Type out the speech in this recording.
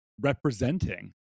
representing